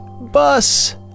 bus